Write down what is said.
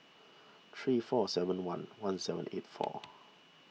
three four seven one one seven eight four